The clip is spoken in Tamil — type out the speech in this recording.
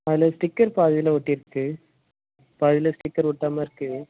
அதில் ஸ்டிக்கர் பாதியில ஒட்டியிருக்கு பாதியில ஸ்டிக்கர் ஒட்டாம இருக்கு